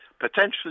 potentially